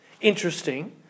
Interesting